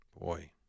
Boy